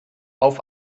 auf